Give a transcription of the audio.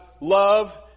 love